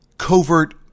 Covert